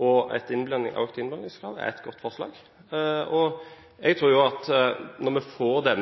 og et økt innblandingskrav er et godt forslag. Jeg tror at når vi får